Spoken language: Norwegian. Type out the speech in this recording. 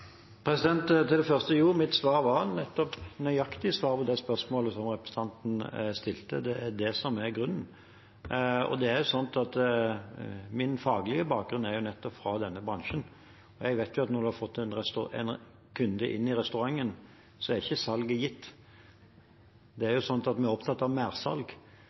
Til det første: Mitt svar var nettopp et nøyaktig svar på det spørsmålet representanten stilte. Det er det som er grunnen. Min faglige bakgrunn er nettopp fra denne bransjen. Jeg vet at når en har fått en kunde inn i restauranten, er ikke salget gitt. En er opptatt av mersalg, og det betyr at om et produkt selges på Vinmonopolet, er det ikke slik at mengden som selges, er gitt uavhengig av